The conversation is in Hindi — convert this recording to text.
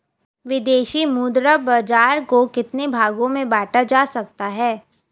विदेशी मुद्रा बाजार को कितने भागों में बांटा जा सकता है?